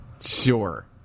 Sure